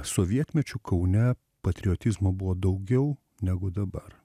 sovietmečiu kaune patriotizmo buvo daugiau negu dabar